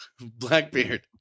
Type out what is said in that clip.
Blackbeard